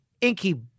inky